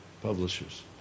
publishers